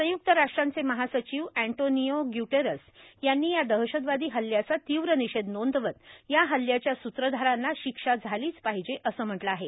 संय्क्त राष्ट्रांचे महासचिव अँटोनियो ग्युटेरस यांनी या दहशतवादी हल्ल्याचा तीव्र निषेध नोंदवत या हल्ल्याच्या स्त्रधारांना शिक्षा झालीच पाहिजे असं म्हटलं आहे